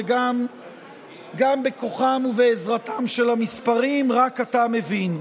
וגם בכוחם ובעזרתם של המספרים רק אתה מבין.